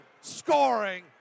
scoring